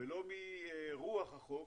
ולא מרוח החוק.